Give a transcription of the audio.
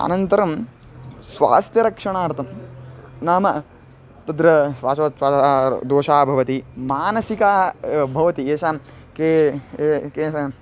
अनन्तरं स्वास्थ्यरक्षणार्थं नाम तत्र स्वासोछ्वासदोषः भवति मानसिकाः भवति एषां के ए केषां